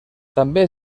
també